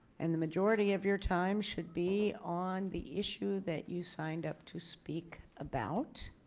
and the majority of your time should be on the issue that you signed up to speak about.